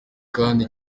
kandi